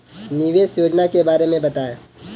निवेश योजना के बारे में बताएँ?